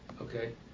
Okay